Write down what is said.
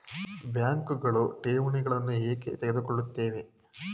ಬ್ಯಾಂಕುಗಳು ಠೇವಣಿಗಳನ್ನು ಏಕೆ ತೆಗೆದುಕೊಳ್ಳುತ್ತವೆ?